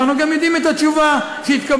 ואנחנו גם יודעים את התשובה שהתקבלה,